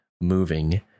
moving